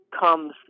comes